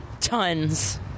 Tons